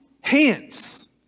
hands